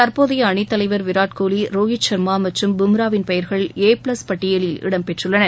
தற்போதையஅணித்தலைவர் வீராட்கோலி Rohit சா்மாமற்றும் Bumrah win பெயர்கள் ஏ plus பட்டியலில் இடம்பெற்றுள்ளன